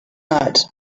night